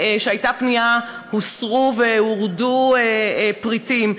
הוסרו והורדו פריטים.